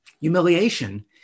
Humiliation